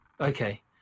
Okay